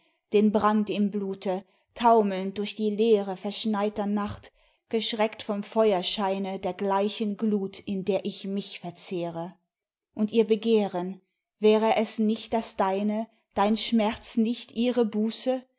den brand im blute taumelnd durch die leere verschneiter nacht geschreckt vom feuerscheine der gleichen glut in der ich mich verzehre und ihr begehren wär es nicht das deine dein schmerz nicht ihre buße